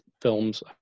films